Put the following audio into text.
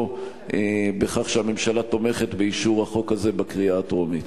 בכך שהממשלה תומכת באישור החוק הזה בקריאה הטרומית.